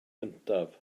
cyntaf